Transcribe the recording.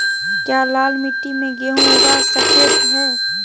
क्या लाल मिट्टी में गेंहु उगा स्केट है?